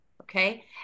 Okay